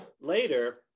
later